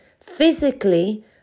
physically